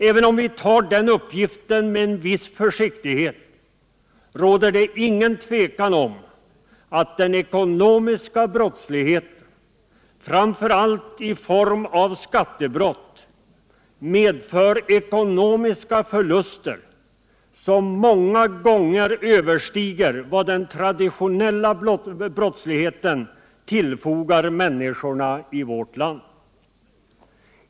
Även om vi tar den uppgiften med en viss försiktighet råder det inget tvivel om att den ekonomiska brottsligheten, framför allt i form av skattebrott, medför ekonomiska förluster som många gånger överstiger vad den traditionella brottsligheten tillfogar människorna i vårt land.